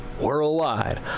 Worldwide